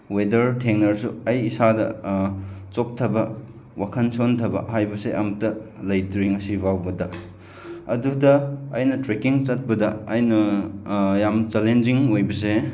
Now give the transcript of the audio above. weather ꯊꯦꯡꯅꯔꯁꯨ ꯑꯩ ꯏꯁꯥꯗ ꯆꯣꯛꯊꯕ ꯋꯥꯈꯟ ꯁꯣꯟꯊꯕ ꯍꯥꯏꯕꯁꯦ ꯑꯃꯇ ꯂꯩꯇ꯭ꯔꯤ ꯉꯁꯤ ꯐꯥꯎꯕꯗ ꯑꯗꯨꯗ ꯑꯩꯅ ꯇ꯭ꯔꯦꯀꯤꯡ ꯆꯠꯄꯗ ꯑꯩꯅ ꯌꯥꯝ ꯆꯦꯂꯦꯟꯖꯤꯡ ꯑꯣꯏꯕꯁꯦ